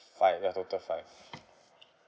five ya total five